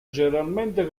generalmente